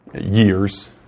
years